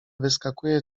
wyskakuje